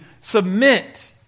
submit